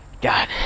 God